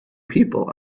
people